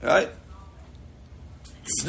Right